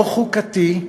לא חוקתי,